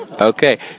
Okay